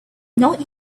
not